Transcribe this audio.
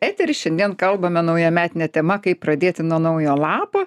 eterį šiandien kalbame naujametine tema kaip pradėti nuo naujo lapo